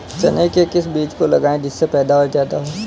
चने के किस बीज को लगाएँ जिससे पैदावार ज्यादा हो?